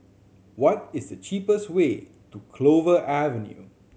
what is the cheapest way to Clover Avenue